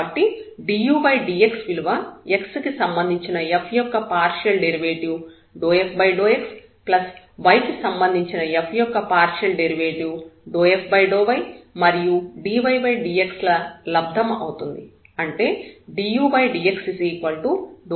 కాబట్టి dudx విలువ x కి సంబంధించిన f యొక్క partial derivative ∂f∂x plus y కి సంబంధించిన f యొక్క పార్షియల్ డెరివేటివ్ ∂f∂y మరియు dydx ల లబ్దం అవుతుంది అంటే dudx ∂f∂x∂f∂ydydx అవుతుంది